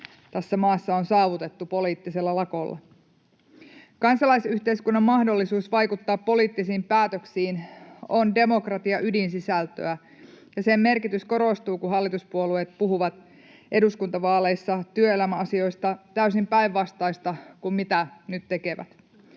tässä maassa on saavutettu poliittisella lakolla. Kansalaisyhteiskunnan mahdollisuus vaikuttaa poliittisiin päätöksiin on demokratian ydinsisältöä, ja sen merkitys korostuu, kun hallituspuolueet puhuvat eduskuntavaaleissa työelämäasioista täysin päinvastaista kuin mitä nyt tekevät.